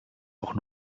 auch